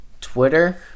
Twitter